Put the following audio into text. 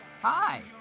Hi